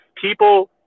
people